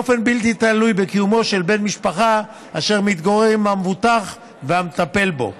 באופן בלתי תלוי בקיומו של בן משפחה אשר מתגורר עם המבוטח ומטפל בו.